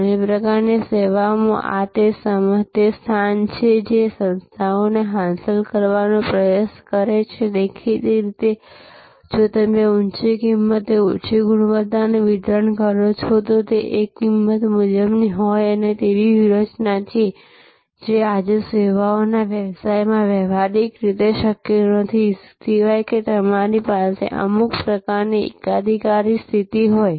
ઘણી પ્રકારની સેવાઓમાં આ તે સ્થાન છે જે સંસ્થાઓ હાંસલ કરવાનો પ્રયાસ કરે છેદેખીતી રીતે જો તમે ઊંચી કિંમતે ઓછી ગુણવત્તાનુ વિતરણ કરો છોતે એક કિંમત મુજબની હોય તેવી વ્યૂહરચના છે જે આજે સેવાઓના વ્યવસાયમાં વ્યવહારીક રીતે શક્ય નથી સિવાય કે તમારી પાસે અમુક પ્રકારની એકાધિકારવાદી સ્થિતિ હોય